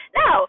no